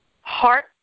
heart